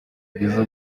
byiza